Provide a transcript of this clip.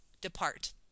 depart